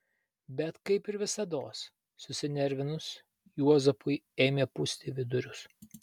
bet kaip ir visados susinervinus juozapui ėmė pūsti vidurius